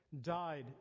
died